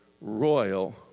royal